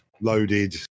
loaded